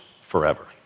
forever